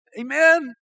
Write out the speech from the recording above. Amen